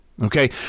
Okay